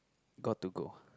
got to go